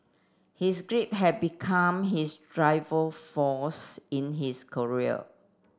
his grief had become his force in his career